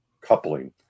coupling